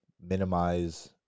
minimize